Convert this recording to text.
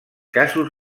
casos